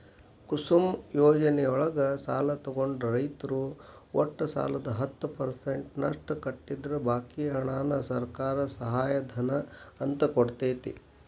ಕುಸುಮ್ ಯೋಜನೆಯೊಳಗ ಸಾಲ ತೊಗೊಂಡ ರೈತರು ಒಟ್ಟು ಸಾಲದ ಹತ್ತ ಪರ್ಸೆಂಟನಷ್ಟ ಕಟ್ಟಿದ್ರ ಬಾಕಿ ಹಣಾನ ಸರ್ಕಾರ ಸಹಾಯಧನ ಅಂತ ಕೊಡ್ತೇತಿ